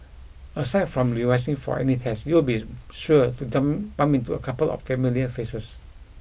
aside from revising for any tests you'll be sure to bump into a couple of familiar faces